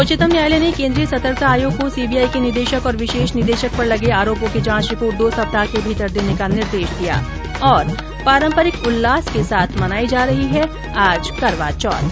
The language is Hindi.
उच्चतम न्यायालय ने केन्द्रीय सतर्कता आयोग को सीबीआई के निदेशक और विशेष निदेशक पर लगे आरोपों की जांच रिपोर्ट दो सप्ताह के भीतर देने का निर्देश दिया पारम्परिक उल्लास के साथ मनाई जा रही है आज करवा चौथ